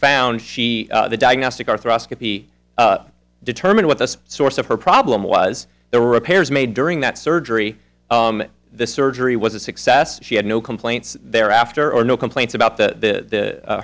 found she the diagnostic arthroscopy determine what the source of her problem was the repairs made during that surgery the surgery was a success she had no complaints there after or no complaints about the